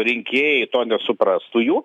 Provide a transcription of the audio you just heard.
rinkėjai to nesuprastų jų